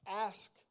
ask